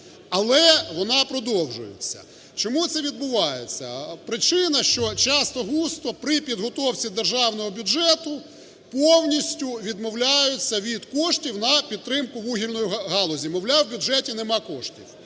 Але вона продовжується. Чому це відбувається? Причина, що часто-густо при підготовці державного бюджету повністю відмовляються від коштів на підтримку вугільної галузі, мовляв, у бюджеті немає коштів,